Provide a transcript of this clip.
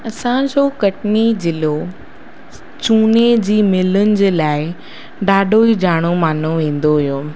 असांजो कटनी ज़िलो चूने जी मिलुनि जे लाइ ॾाढो ई ॼाणो मानो वेंदो हुयो